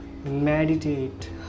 meditate